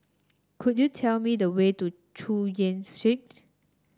could you tell me the way to Chu Yen Street